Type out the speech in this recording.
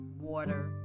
water